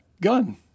gun